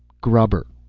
grubber.